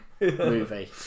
movie